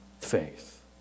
faith